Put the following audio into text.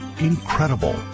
Incredible